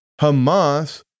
Hamas